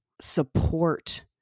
support